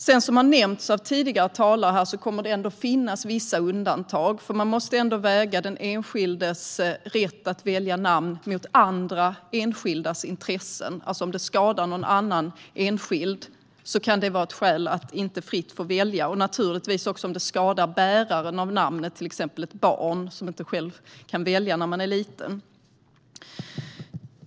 Tidigare talare har nämnt att det ändå kommer att finnas vissa undantag. Man måste ändå väga den enskildes rätt att välja namn mot andras enskilda intressen. Om det skadar någon annan enskild kan det alltså vara ett skäl att inte få välja fritt. Det gäller naturligtvis också om det skadar bäraren av namnet, till exempel ett barn som inte själv kan välja när det är litet.